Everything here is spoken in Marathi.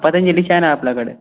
पतंजलीचं आहे ना आपल्याकडे